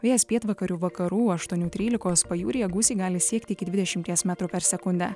vėjas pietvakarių vakarų aštuonių trylikos pajūryje gūsiai gali siekti iki dvidešimties metrų per sekundę